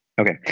Okay